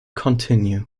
continue